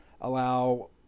allow